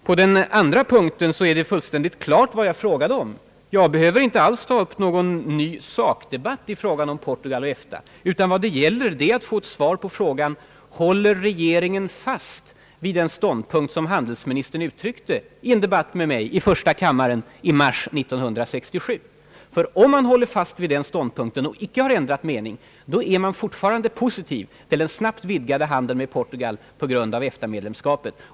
På den andra punkten är det fullständigt klart vad jag frågade om; jag behöver inte alls ta upp någon ny sakdebatt om Portugal och EFTA. Vad det gäller är att få ett svar på frågan: Håller regeringen fast vid den ståndpunkt som handelsministern gav uttryck åt i en debatt med mig i första kammaren i mars 1967? Har man inte ändrat mening är man fortfarande positiv till den snabbt vidgade handel med Portugal, som följt av medlemskapet i EFTA.